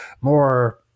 more